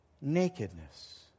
nakedness